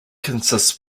consists